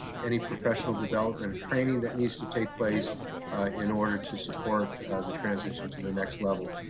any professional development or training that needs to take place in order to support the transition to the next level.